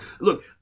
look